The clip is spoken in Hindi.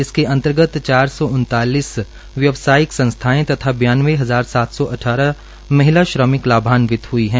इसके अंतर्गत चार सौ उन्नतालीस व्यवसायिक संस्थाएं तथा ब्यानवे हजार आठ सौ अट्टारह महिला श्रमिक लाभान्वित हई है